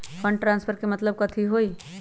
Fund transfer के मतलब कथी होई?